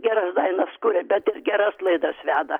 geras dainas kuria bet ir geras laidas veda